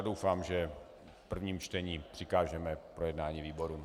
Doufám, že v prvním čtení přikážeme k projednání výborům.